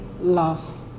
love